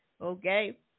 okay